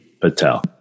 Patel